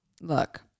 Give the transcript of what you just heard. look